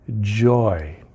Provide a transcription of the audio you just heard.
joy